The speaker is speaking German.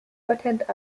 patent